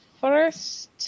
first